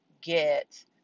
get